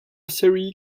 series